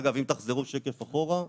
אגב, אם תחזרו שקף אחורה,